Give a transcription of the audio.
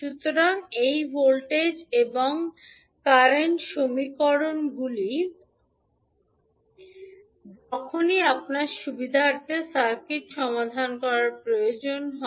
সুতরাং এই ভোল্টেজ এবং কারেন্ট সমীকরণগুলি যখনই আপনার সুবিধার্থে সার্কিট সমাধান করার প্রয়োজন হয়